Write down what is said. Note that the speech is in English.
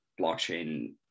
blockchain